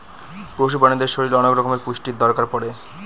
পশু প্রাণীদের শরীরে অনেক রকমের পুষ্টির দরকার পড়ে